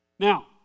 Now